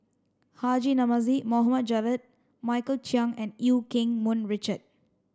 Haji Namazie Mohd Javad Michael Chiang and Eu Keng Mun Richard